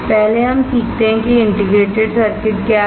पहले हम सीखते हैं कि एक इंटीग्रेटेड सर्किट क्या है